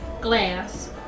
glass